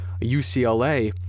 UCLA